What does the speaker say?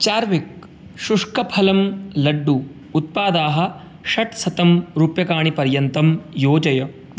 चार्विक् शुष्कफलं लड्डू उत्पादाः षट् शतं रूप्यकाणिपर्यन्तं योजय